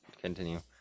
continue